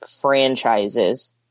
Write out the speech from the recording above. franchises